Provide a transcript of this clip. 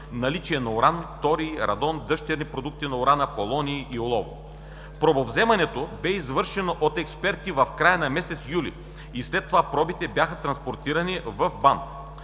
наличие на уран, торий, радон, дъщерни продукти на урана – полоний и олово. Пробовземането бе извършено от експерти в края на месец юли и след това пробите бяха транспортирани в